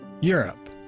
Europe